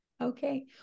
okay